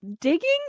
digging